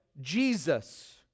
Jesus